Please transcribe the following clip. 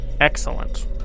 Excellent